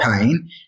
pain